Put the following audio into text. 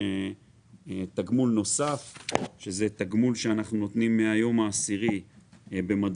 יש תגמול שאנחנו נותנים מהיום ה-10 במדרגות